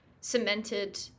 cemented